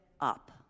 up